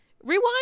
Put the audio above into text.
Rewind